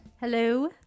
Hello